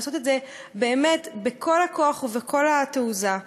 ולעשות את זה באמת בכל הכוח ובכל התעוזה.